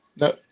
No